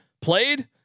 played